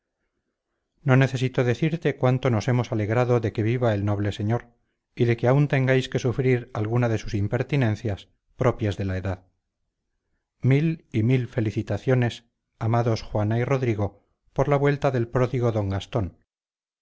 no necesito decirte cuánto nos hemos alegrado de que viva el noble señor y de que aún tengáis que sufrir alguna de sus impertinencias propias de la edad mil y mil felicitaciones amados juana y rodrigo por la vuelta del pródigo d gastón